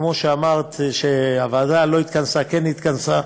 כמו שאמרת שהוועדה לא התכנסה, כן התכנסה.